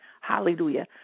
Hallelujah